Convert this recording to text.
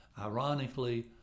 ironically